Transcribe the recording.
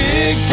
Big